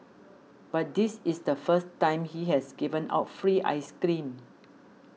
but this is the first time he has given out free ice cream